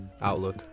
outlook